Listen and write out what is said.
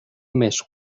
més